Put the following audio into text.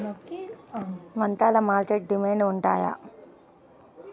వంకాయలు మార్కెట్లో డిమాండ్ ఉంటాయా?